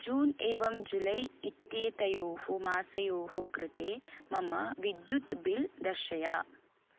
जून् एवं जुलै एत्येतयोः मासयोः कृते मम विद्युत् बिल् दर्शय